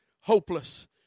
hopeless